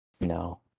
No